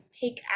take